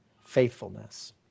faithfulness